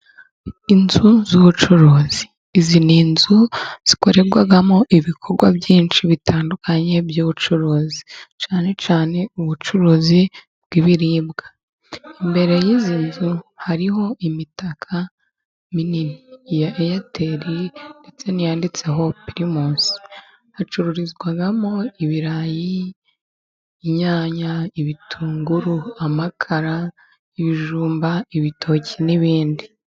Inzu z'ubucuruzi. Izi ni inzu zikorerwamo ibikorwa byinshi bitandukanye by'ubucuruzi, cyane cyane ubucuruzi bw'ibiribwa. imbere y'izi nzu hariho imitaka minini ya eyateri, ndetse n'iyanditseho pirimusi. Hacururizwamo ibirayi, inyanya, ibitunguru,, amakara, ibijumba, ibitoki n'ibindi.